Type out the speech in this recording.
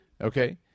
Okay